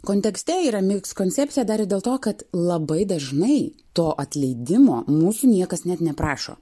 kontekste yra miks koncepcija dar ir dėl to kad labai dažnai to atleidimo mūsų niekas net neprašo